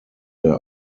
their